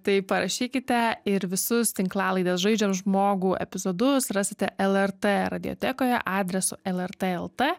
tai parašykite ir visus tinklalaidės žaidžiam žmogų epizodus rasite lrt radiotekoje adresu lrt lt